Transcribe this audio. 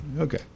Okay